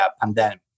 pandemic